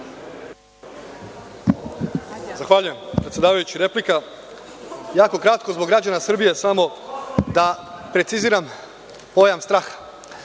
Zahvaljujem predsedavajući. Replika. Jako kratko. Zbog građana Srbije samo da preciziram pojam – strah.